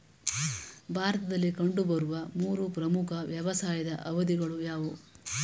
ಭಾರತದಲ್ಲಿ ಕಂಡುಬರುವ ಮೂರು ಪ್ರಮುಖ ವ್ಯವಸಾಯದ ಅವಧಿಗಳು ಯಾವುವು?